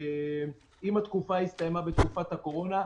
אם התקופה הסתיימה בתקופת הקורונה,